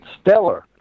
stellar